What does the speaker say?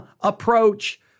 approach